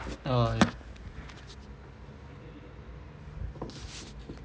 uh